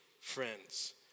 friends